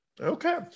Okay